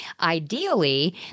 Ideally